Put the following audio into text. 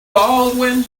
baldwin